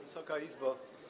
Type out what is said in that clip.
Wysoka Izbo!